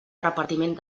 repartiment